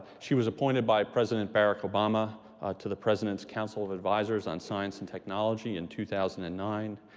she was appointed by president barack obama to the president's council of advisors on science and technology in two thousand and nine.